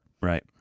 Right